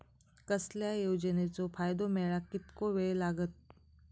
कसल्याय योजनेचो फायदो मेळाक कितको वेळ लागत?